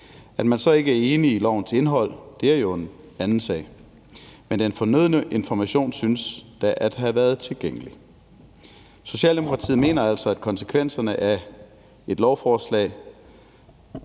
At man så ikke er enige lovens indhold er jo en anden sag, men den fornødne information synes da at have været tilgængelig. Socialdemokratiet mener altså, at konsekvenserne af et lovforslag